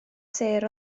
sêr